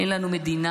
אין לנו מדינה,